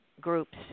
groups